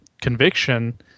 Conviction